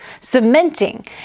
cementing